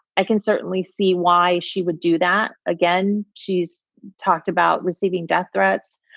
i can certainly see why she would do that again. she's talked about receiving death threats.